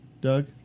Doug